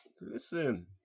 Listen